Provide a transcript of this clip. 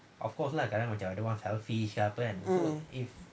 mm